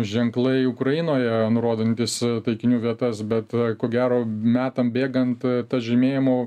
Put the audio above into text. ženklai ukrainoje nurodantys taikinių vietas bet ko gero metam bėgant tas žymėjimo